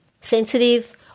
sensitive